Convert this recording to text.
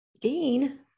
Dean